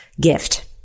gift